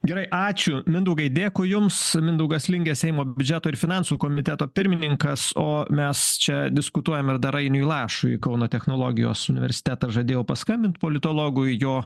gerai ačiū mindaugai dėkui jums mindaugas lingė seimo biudžeto ir finansų komiteto pirmininkas o mes čia diskutuojam ir dar ainiui lašui kauno technologijos universitetas žadėjau paskambint politologui jo